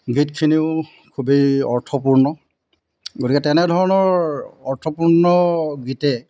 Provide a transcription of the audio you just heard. গীতখিনিও খুবেই অৰ্থপূৰ্ণ গতিকে তেনেধৰণৰ অৰ্থপূৰ্ণ গীতে